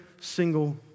single